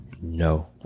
no